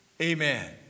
Amen